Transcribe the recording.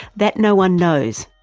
that no-one knows.